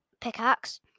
Pickaxe